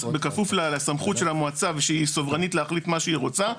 בכפוף לסמכות של המועצה ושהיא סוברנית להחליט מה שהיא רוצה,